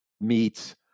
meats